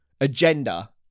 agenda